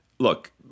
Look